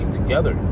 together